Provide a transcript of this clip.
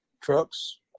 Trucks